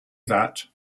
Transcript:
that